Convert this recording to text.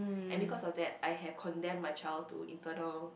and because of that I've condemn my child to internal